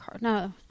No